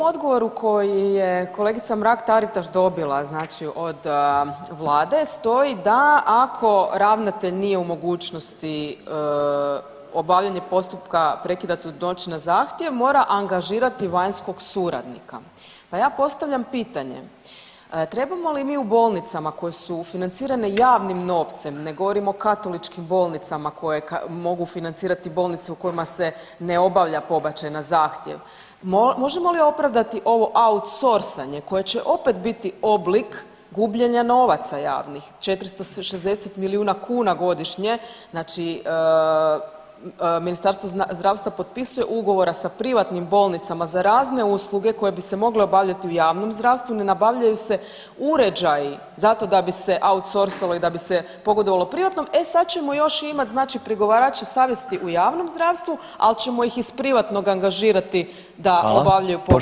U ovom odgovoru koji je kolegica Mrak-Taritaš dobila znači od vlade stoji da ako ravnatelj nije u mogućnosti obavljanje postupka prekida trudnoće na zahtjev mora angažirati vanjskog suradnika, pa ja postavljam pitanje trebamo li mi u bolnicama koje su financirane javnim novcem, ne govorim o katoličkim bolnicama koje mogu financirati bolnice u kojima se ne obavlja pobačaj na zahtjev, možemo li opravdati ovo outsorsanje koje će opet biti oblik gubljenja novaca javnih 460 milijuna kuna godišnje, znači Ministarstvo zdravstva potpisuje ugovor sa privatnim bolnicama za razne usluge koje bi se mogle obavljati u javnom zdravstvu, ne nabavljaju se uređaji zato da bi se outsorsalo i da bi se pogodovalo privatnom, e sad ćemo još imat znači pregovarače savjesti u javnom zdravstvu, al ćemo ih iz privatnog angažirati da obavljaju pobačaj u